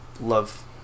Love